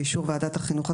באישור ועדת החינוך,